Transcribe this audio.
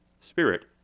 spirit